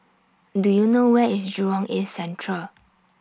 Do YOU know Where IS Jurong East Central